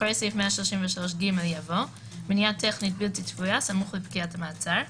(3) אחרי סעיף 133ג יבוא: מניעה טכנית בלתי צפויה סמוך לפקיעת מעצר.